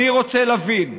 אני רוצה להבין,